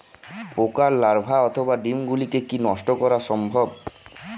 পোকার লার্ভা অথবা ডিম গুলিকে কী নষ্ট করা সম্ভব?